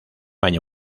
año